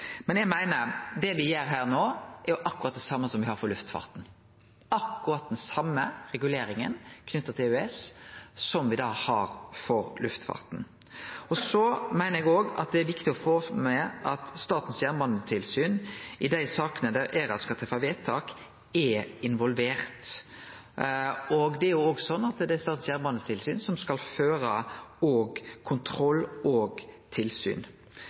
no, er akkurat det same som me har for luftfarten, akkurat den same reguleringa knytt til EØS som me har for luftfarten. Eg meiner òg at det er viktig å få med at Statens jernbanetilsyn er involvert i dei sakene der ERA skal treffe vedtak, og det er Statens jernbanetilsyn som skal føre kontroll og tilsyn. Eg meiner òg det er veldig positivt at me har eit felles organ som